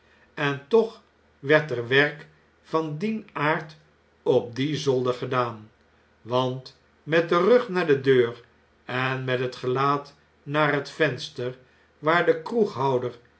en toch werd er werk van dien aard op dien zolder gedaan want met den rug naar de deur en met het gelaat naar het venster waar de